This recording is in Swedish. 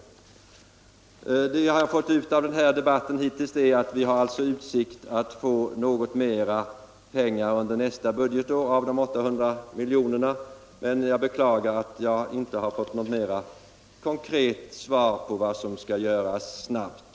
Det jag har fått ut av den här debatten hittills är att vi alltså har utsikt att få något mera pengar under nästa budgetår av de 800 miljonerna. 131 Jag beklagar att jag inte har fått något mera konkret besked om vad som skall göras snabbt.